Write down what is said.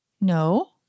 No